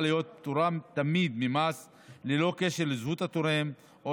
להיות פטורה תמיד ממס ללא קשר לזהות התורם או